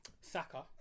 Saka